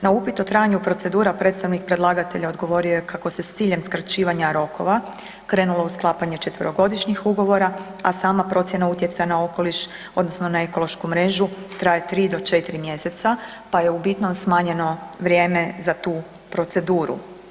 Na upit o trajanju procedura predstavnik predlagatelja odgovorio je kako se s ciljem skraćivanja rokova krenulo u sklapanje četverogodišnjih ugovora, a sama procjena utjecaja na okoliš odnosno na ekološku mrežu traje tri do četiri mjeseca, pa je u bitnom smanjeno vrijeme za tu proceduru.